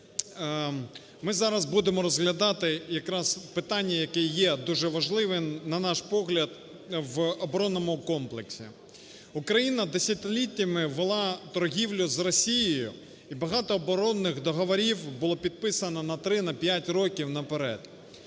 Ми зараз будемо розглядати якраз питання, яке є дуже важливим, на наш погляд, в оборонному комплексі. Україна десятиліттями вела торгівлю з Росією, і багато оборонних договорів було підписано на 3, на 5 років наперед.